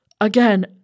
again